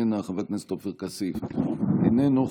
איננה,